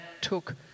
took